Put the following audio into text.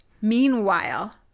Meanwhile